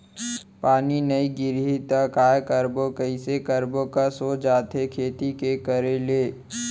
पानी नई गिरही त काय करबो, कइसे करबो कस हो जाथे खेती के करे ले